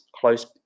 close